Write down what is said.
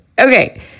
Okay